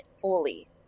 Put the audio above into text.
fully